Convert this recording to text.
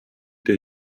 дээ